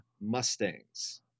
Mustangs